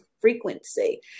frequency